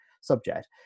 subject